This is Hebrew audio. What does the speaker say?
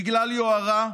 בגלל יוהרה,